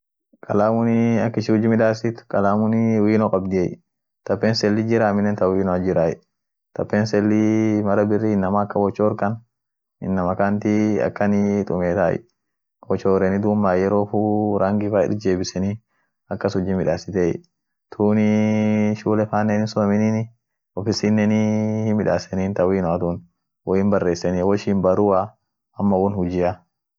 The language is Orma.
Penselinii ak ishin huji midaasit. penselinii wofaan chooreni shuleenen ijoolen hintumiti ijoole barsiisen tun, amootu mara biri inama wachoraajiakaant akan tumieta duum mara biri ishi chooreni duum rangi tuun irjeebisen amo kabla atin choorati gudio hiishenin dursa ishian chooreni duum rofu rangi tuunin irjeebien